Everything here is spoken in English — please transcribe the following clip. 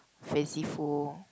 fancy fool